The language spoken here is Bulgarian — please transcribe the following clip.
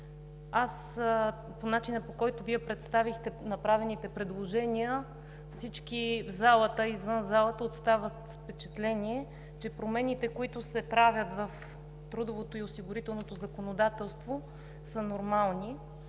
От начина, по който Вие представихте направените предложения, всички в залата и извън залата остават с впечатление, че промените, които се правят в трудовото и осигурителното законодателство, са нормални.